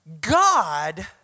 God